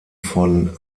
von